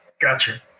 Gotcha